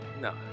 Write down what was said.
No